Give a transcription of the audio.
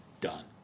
Done